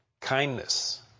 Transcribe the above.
kindness